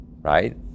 right